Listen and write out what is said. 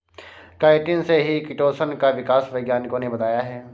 chitin से ही chitosan का विकास वैज्ञानिकों ने बताया है